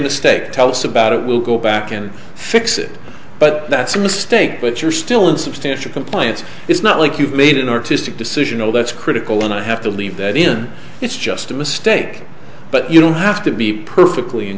mistake tell us about it we'll go back and fix it but that's a mistake but you're still in substantial compliance it's not like you've made an artistic decision oh that's critical and i have to leave that in it's just a mistake but you don't have to be perfectly in